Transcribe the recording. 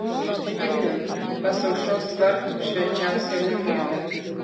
vilniun pas aušros vartų švenčiausiąją mergelę